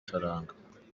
ifaranga